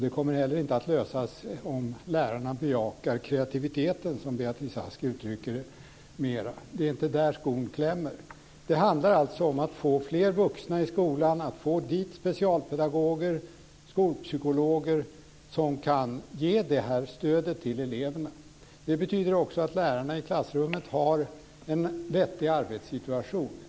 Det kommer heller inte att lösas om lärarna bejakar kreativiteten, som Beatrice Ask uttrycker det. Det är inte där skon klämmer. Det handlar om att få fler vuxna i skolan, att få dit specialpedagoger och skolpsykologer som kan ge stöd åt eleverna. Det betyder också att lärarna i klassrummet har en vettig arbetssituation.